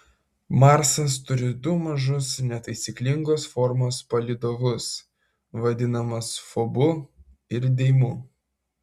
marsas turi du mažus netaisyklingos formos palydovus vadinamus fobu ir deimu